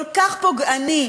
כל כך פוגעני,